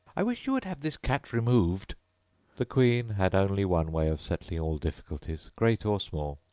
i wish you would have this cat removed the queen had only one way of settling all difficulties, great or small.